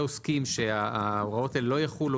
אם אתם צודקים, נכניס את זה לחוק.